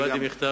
קיבלתי מכתב,